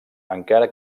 encara